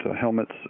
helmets